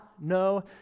no